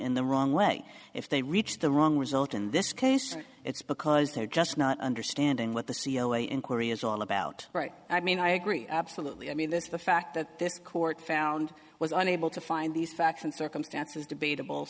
in the wrong way if they reach the wrong result in this case it's because they're just not understanding what the c e o inquiry is all about right i mean i agree absolutely i mean this the fact that this court found was unable to find these facts and circumstances debatable